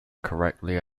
correctly